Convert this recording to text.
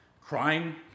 crying